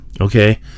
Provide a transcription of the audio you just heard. okay